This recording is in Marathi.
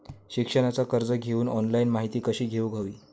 शिक्षणाचा कर्ज घेऊक ऑनलाइन माहिती कशी घेऊक हवी?